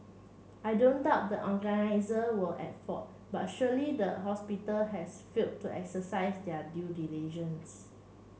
I don't doubt the were at fault but surely the hospital has fail to exercise their due diligence